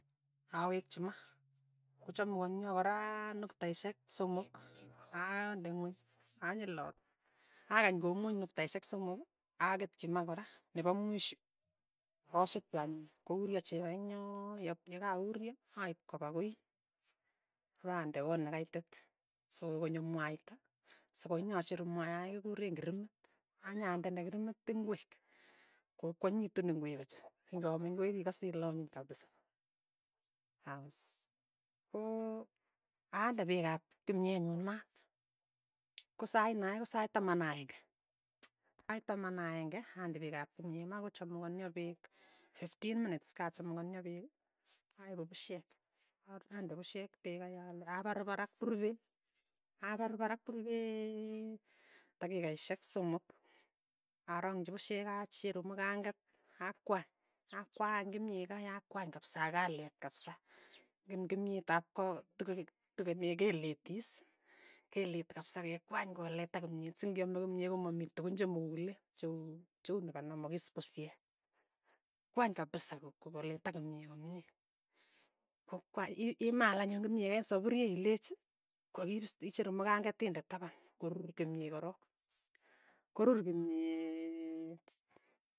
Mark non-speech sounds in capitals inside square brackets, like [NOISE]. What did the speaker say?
Awekchi ma, kochamukonio koraa nuktaishek somok, aaande ing'weny, [UNINTELLIGIBLE] akany komuch nuktaishek somok, aketchi ma kora, nepo mwisho, akasutu anyun, kouryo cheko eng' yoo, yep yekakouryo aip kopa koin, ipande kot ne kaitit sokoi konyo mwaita, sokoi nyacheru mwayai kikureen krimit, anyandene krimit ingwek, koi kwanyinyitu ne mii puch, ing'aa mi koin ikase ile anyiny kapisa, as koo aande peek kimyet nyu ma. ko saa ino ko sait taman akeng'e, sait taman ak aeng'e ande pek ap kimyet ma, kochamukonio pek, fiftiin minits kachamukonio peek, aipu pushek or ande pushek pek kai ale, aparpar ak purwe, aparpar ak purwee takikaishek somok, arangchi pushek aacheru mukang'et akwany, akwany kimyee kai akwany kapsa akaleet kapsa, ingen kimyet ap ko tugen tugenek keleti is, keleti kapsa kekwany koletak kimyet sing'iame kimyet komamii tukun chemukulen, che uu che u nekanamakis pusyek. kwany kapisa ko- koletak kimyee komye, ko kwa i- imaal anyun kimyee kei sapurie ilechi kokiip is icheru mukang'et inde tapan korur kimyee korok, korur kimyeeeet.